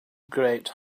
great